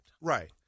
Right